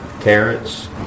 Carrots